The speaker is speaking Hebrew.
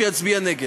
שיצביע נגד.